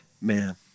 man